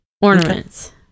ornaments